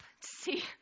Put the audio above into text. see